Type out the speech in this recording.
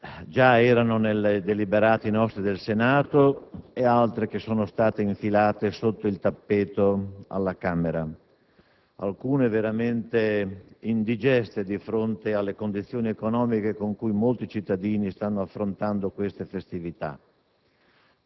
già erano nei nostri deliberati del Senato ed altri che sono stati infilati sotto il tappeto alla Camera: alcuni veramente indigesti di fronte alle condizioni economiche con cui molti cittadini stanno affrontando queste festività.